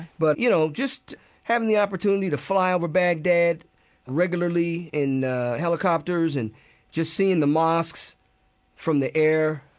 but, you know, just having the opportunity to fly over baghdad regularly in helicopters and just seeing the mosques from the air,